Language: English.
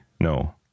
No